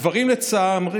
כאמור, לצערי